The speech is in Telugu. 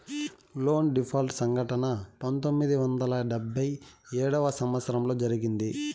లోన్ డీపాల్ట్ సంఘటన పంతొమ్మిది వందల డెబ్భై ఏడవ సంవచ్చరంలో జరిగింది